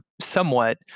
somewhat